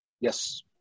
yes